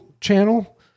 channel